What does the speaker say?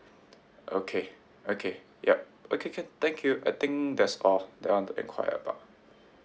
okay okay yup okay can thank you I think that's all that I want to enquire about